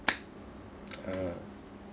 uh